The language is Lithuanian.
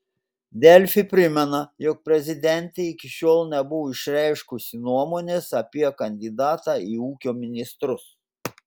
delfi primena jog prezidentė iki šiol nebuvo išreiškusi nuomonės apie kandidatą į ūkio ministrus